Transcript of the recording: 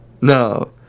No